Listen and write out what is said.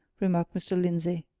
remarked mr. lindsey.